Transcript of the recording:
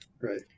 Right